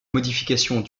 modifications